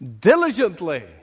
diligently